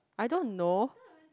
I don't know